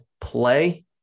play